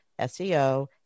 SEO